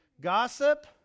Gossip